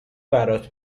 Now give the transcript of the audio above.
برات